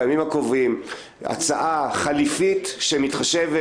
בימים הקרובים הצעה חליפית שמתחשבת